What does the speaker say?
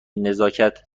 نزاکت